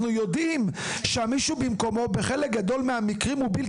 אנחנו יודעים שהמישהו הזה הוא בלתי חוקי בחלק גדול מהמקרים.